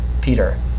Peter